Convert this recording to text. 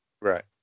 Right